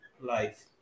life